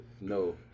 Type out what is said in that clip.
no